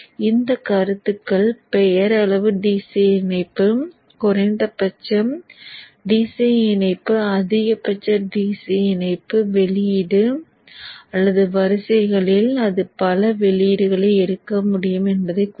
இங்கு கருத்துகள் பெயரளவு DC இணைப்பு குறைந்தபட்ச DC இணைப்பு அதிகபட்ச DC இணைப்பு வெளியீடு அல்லது வரிசைகளில் அது பல வெளியீடுகளை எடுக்க முடியும் என்பதைக் குறிக்கும்